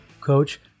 Coach